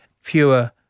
fewer